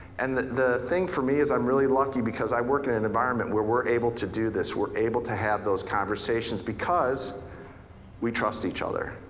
and the thing for me is i'm really lucky because i work in an environment where we're able to do this, we're able to have those conversations because we trust each other.